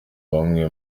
bamwe